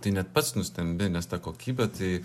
tai net pats nustembi nes ta kokybė tai